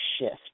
shift